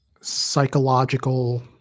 psychological